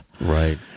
right